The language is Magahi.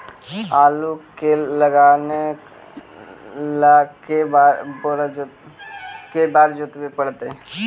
आलू के लगाने ल के बारे जोताबे पड़तै?